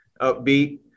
upbeat